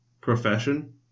profession